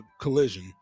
Collision